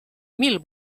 mil